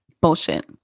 bullshit